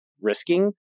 risking